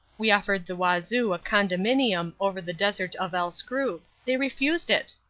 we offered the wazoo a condominium over the desert of el skrub. they refused it.